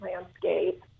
landscape